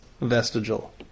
vestigial